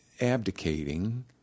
abdicating